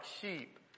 sheep